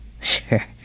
Sure